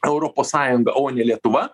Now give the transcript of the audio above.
europos sąjunga o ne lietuva